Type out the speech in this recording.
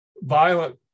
violent